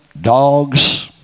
dogs